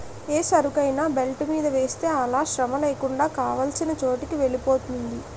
ఏ సరుకైనా బెల్ట్ మీద వేస్తే అలా శ్రమలేకుండా కావాల్సిన చోటుకి వెలిపోతుంది